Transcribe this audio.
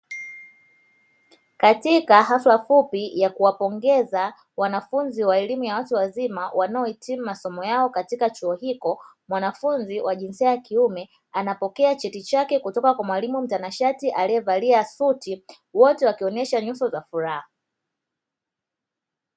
Katika halfa fupi ya kuwapongeza wanafunzi wa elimu ya watu wazima wanaohitimu masomo yao katika chuo hiko, mwanafunzi wa jinsia ya kiume anapokea cheti chake kutoka kwa mwalimu mtanashati aliyevalia suti, wote wakionyesha nyuso za furaha.